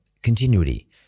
Continuity